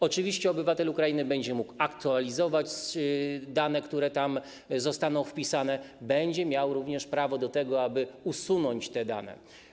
Oczywiście obywatel Ukrainy będzie mógł aktualizować dane, które tam zostaną wpisane, będzie miał również prawo usunąć te dane.